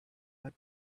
but